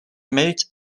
mèrits